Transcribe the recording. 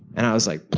and i was like,